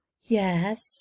Yes